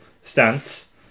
stance